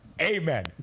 Amen